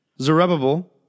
Zerubbabel